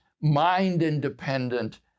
mind-independent